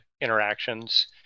interactions